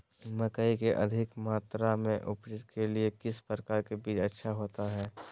मकई की अधिक मात्रा में उपज के लिए किस प्रकार की बीज अच्छा होता है?